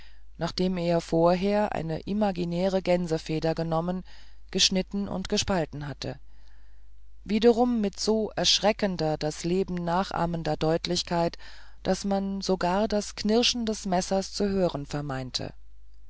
nachdem er vorher eine imaginäre gänsefeder genommen geschnitten und gespalten hatte wiederum mit so erschreckend das leben nachahmender deutlichkeit daß man sogar das knirschen des messers zu hören